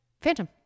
Phantom